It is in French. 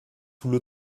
sous